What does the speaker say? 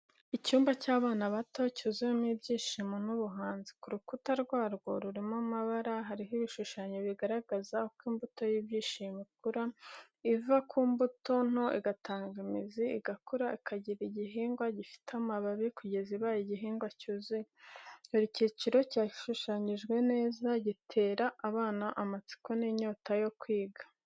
Icyumba cy’abana bato cyuzuyemo ibyishimo n’ubuhanzi. Ku rukuta rwarwo rurimo amabara, hariho ibishushanyo bigaragaza uko imbuto y’ibishyimbo ikura, iva ku mbuto nto igatanga imizi, igakura ikagira igihingwa gifite amababi, kugeza ibaye igihingwa cyuzuye. Buri cyiciro cyashushanyijwe neza, gitera abana amatsiko n’inyota yo kwiga.